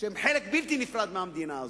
שהם חלק בלתי נפרד מהמדינה הזו.